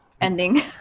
ending